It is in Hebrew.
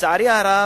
לצערי הרב,